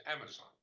Amazon